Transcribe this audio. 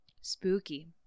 Spooky